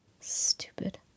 Stupid